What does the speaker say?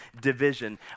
division